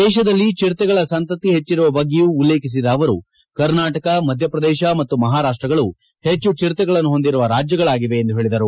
ದೇಶದಲ್ಲಿ ಚಿರತೆಗಳ ಸಂತತಿ ಹೆಚ್ಚಿರುವ ಬಗ್ಗೆಯೂ ಉಲ್ಲೇಖಿಸಿದ ಅವರು ಕರ್ನಾಟಕ ಮಧ್ಯಪ್ರದೇಶ ಮತ್ತು ಮಹಾರಾಷ್ಟಗಳು ಹೆಚ್ಚು ಚಿರತೆಗಳನ್ನು ಹೊಂದಿರುವ ರಾಜ್ಯಗಳಾಗಿವೆ ಎಂದು ಹೇಳಿದರು